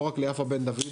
לא רק ליפה בן דוד,